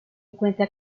encuentra